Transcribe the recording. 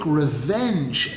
revenge